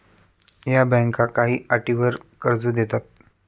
या बँका काही अटींवर कर्ज देतात